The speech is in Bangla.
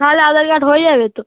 তাহলে আধার কার্ড হয়ে যাবে তো